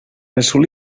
assolir